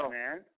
man